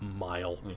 mile